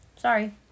sorry